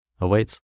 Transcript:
awaits